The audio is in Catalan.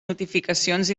notificacions